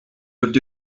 dört